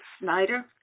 Snyder